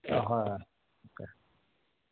অঁ হয় হয়